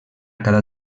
cada